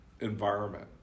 environment